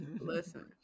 listen